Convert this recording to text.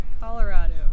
colorado